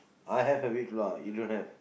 I have a bit lah you don't have